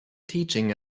teaching